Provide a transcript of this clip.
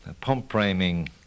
pump-priming